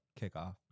kickoff